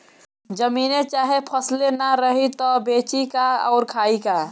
जमीने चाहे फसले ना रही त बेची का अउर खाई का